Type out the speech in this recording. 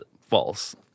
false